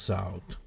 South